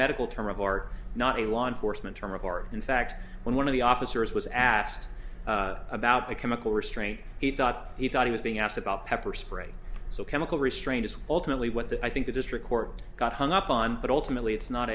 medical term of art not a law enforcement term of art in fact when one of the officers was asked about the chemical restraint he thought he thought he was being asked about pepper spray so chemical restraint is ultimately what the i think the district court got hung up on but ultimately it's not